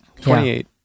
28